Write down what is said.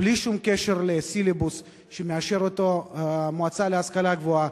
בלי שום קשר לסילבוס שמאשרת המועצה להשכלה גבוהה.